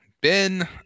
Ben